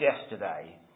yesterday